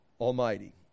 Almighty